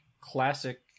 classic